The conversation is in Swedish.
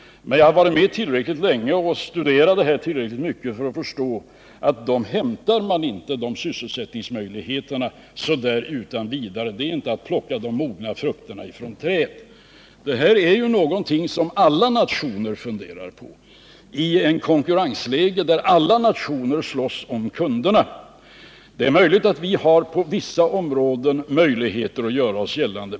Jag har dock varit med tillräckligt länge och jag har studerat detta tillräckligt mycket för att förstå att man inte så där utan vidare kan skapa sysselsättningsmöjligheter. Det är inte att plocka de mogna frukterna från träden. Detta är någonting som alla nationer funderar på i ett konkurrensläge, där alla nationer slåss om kunderna. Det är möjligt att vi på vissa områden kan göra oss gällande.